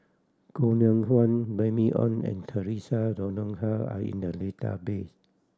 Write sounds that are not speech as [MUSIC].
Koh Nguang [UNINTELLIGIBLE] Remy Ong and Theresa Noronha are in the database